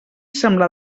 sembla